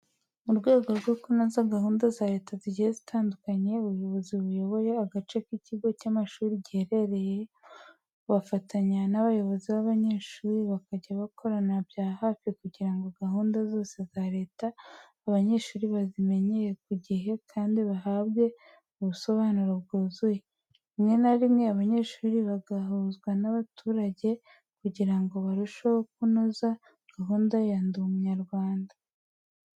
Mu rwego rwo kunoza gahunda za Leta zigiye zitandukanye, ubuyobozi buba buyoboye agace ikigo cy'amashuri giherereyemo bafatanya n'abayobozi b'abanyeshuri bakajya bakorana bya hafi kugira ngo gahunda zose za Leta abanyeshuri bazimenyere ku gihe kandi bahabwe ubusobanuro bwuzuye. Rimwe na rimwe abanyeshuri bagahuzwa n'abaturage kugira ngo barusheho kunoza gahunda ya Ndi Umunyarwanda.